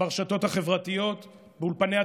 ברשתות החברתיות, באולפני הטלוויזיה,